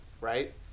right